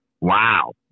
Wow